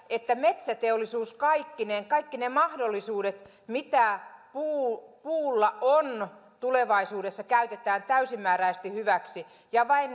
että metsäteollisuus kaikkineen kaikki ne mahdollisuudet mitä puulla on tulevaisuudessa käytetään täysimääräisesti hyväksi ja